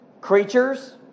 creatures